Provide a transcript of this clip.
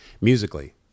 musically